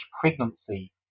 pregnancy